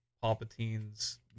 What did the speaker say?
Palpatine's